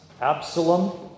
Absalom